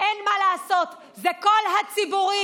אין מה לעשות, זה כל הציבורים.